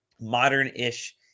modern-ish